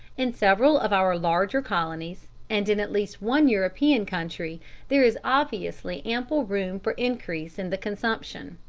in several of our larger colonies and in at least one european country there is obviously ample room for increase in the consumption.